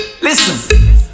Listen